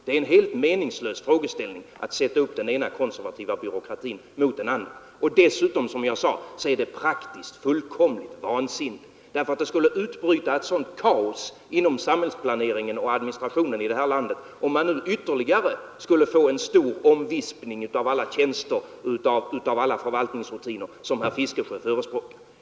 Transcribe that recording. Det är helt meningslöst att sätta upp den ena konservativa byråkratin mot den andra. Dessutom är det, som jag sade, praktiskt fullständigt vansinnigt eftersom det skulle utbryta ett kaos i samhällsplaneringen och administrationen i vårt land, om man nu skulle få ytterligare en stor omställning av alla tjänster och alla förvaltningsrutiner, så som herr Fiskesjö förespråkar.